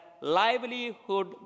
livelihood